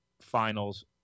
Finals